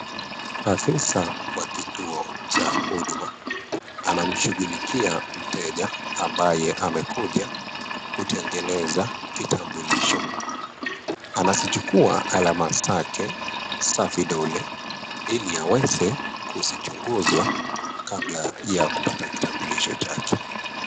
Afisa wa kituo cha huduma, anamshugulikia mteja ambaye amekuja kutangeneza kitambulisho, anazichukuwa alama zake za vidole iliaweza kuvichunguza kabla ya kupata kitambulisho yake.